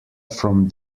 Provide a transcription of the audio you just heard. from